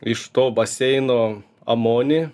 iš to baseino amonį